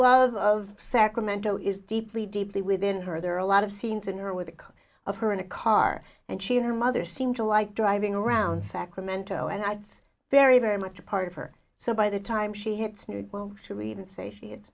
love of sacramento is deeply deeply within her there are a lot of scenes in there with a couple of her in a car and she and her mother seem to like driving around sacramento and i think it's very very much a part of her so by the time she hits new well to even say she it's